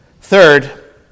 Third